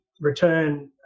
return